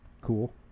cool